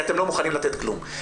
כי אתם לא מוכנים לתת כלום.